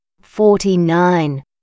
forty-nine